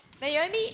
Naomi